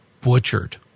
butchered